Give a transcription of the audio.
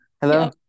hello